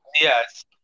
Yes